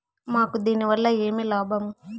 మాకు దీనివల్ల ఏమి లాభం